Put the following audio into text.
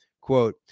quote